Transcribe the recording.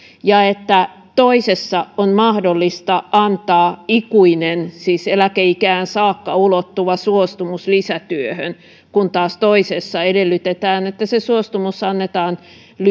ja että toisessa on mahdollista antaa ikuinen siis eläkeikään saakka ulottuva suostumus lisätyöhön kun taas toisessa edellytetään että se suostumus annetaan